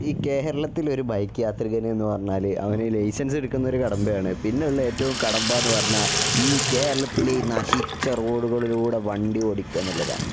ഈ കേരളത്തിൽ ഒരു ബൈക്ക് യാത്രികനെന്ന് പറഞ്ഞാൽ അവൻ ലൈസൻസ് എടുക്കുന്നത് ഒരു കടമ്പയാണ് പിന്നെയുള്ളത് ഏറ്റവും കടമ്പ എന്ന് പറഞ്ഞാൽ ഈ കേരളത്തിലെ നശിച്ച റോഡുകളിലൂടെ വണ്ടി ഓടിക്കുക എന്നുള്ളതാണ്